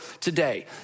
today